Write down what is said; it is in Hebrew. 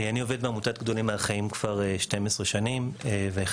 אני עובד בעמותת ׳גדולים מהחיים׳ מזה 12 שנים ולפני